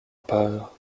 part